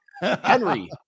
Henry